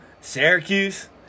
Syracuse